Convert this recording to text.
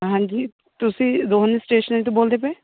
ਹਾਂਜੀ ਤੁਸੀਂ ਰੋਹਨ ਸਟੇਸ਼ਨਰੀ ਤੋਂ ਬੋਲਦੇ ਪਏ